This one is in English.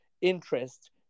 interest